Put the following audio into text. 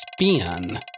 spin